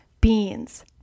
beans